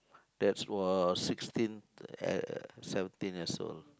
that was sixteen uh seventeen years old